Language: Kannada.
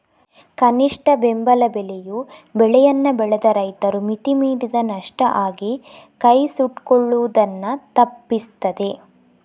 ಕನಿಷ್ಠ ಬೆಂಬಲ ಬೆಲೆಯು ಬೆಳೆಯನ್ನ ಬೆಳೆದ ರೈತರು ಮಿತಿ ಮೀರಿದ ನಷ್ಟ ಆಗಿ ಕೈ ಸುಟ್ಕೊಳ್ಳುದನ್ನ ತಪ್ಪಿಸ್ತದೆ